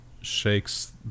shakes